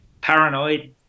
paranoid